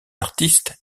artistes